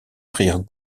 prirent